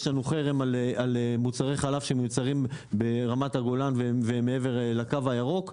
יש עלינו חרם על מוצרי חלב שמיוצרים ברמת הגולן ומעבר לקו הירוק.